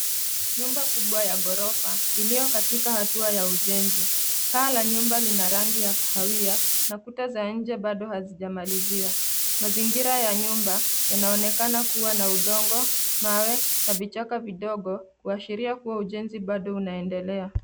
Nyumba kubwa ya ghorofa iliyo katika hatua ya ujenzi. Paa la nyumba ina rangi ya kahawia na kuta za nje bado hazijamaliziwa. Mazingira ya nyumba yanaonekana kuwa na udongo ,mawe na vichaka vidogo kuashiria kuwa ujenzi bado unaendelea.